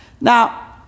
Now